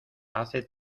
hace